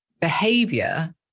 behavior